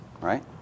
right